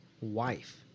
wife